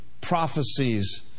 prophecies